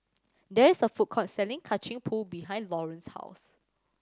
there is a food court selling Kacang Pool behind Laurance's house